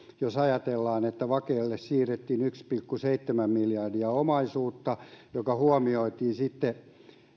jos ajatellaan että vakelle siirrettiin yksi pilkku seitsemän miljardia omaisuutta mikä huomioitiin sitten